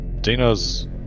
dino's